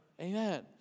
Amen